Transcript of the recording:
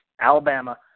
Alabama